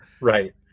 Right